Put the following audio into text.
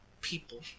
people